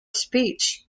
speech